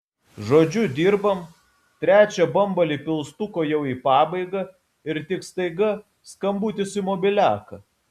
žodžiu dirbam trečią bambalį pilstuko jau į pabaigą ir tik staiga skambutis į mobiliaką